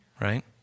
Right